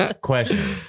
Question